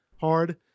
hard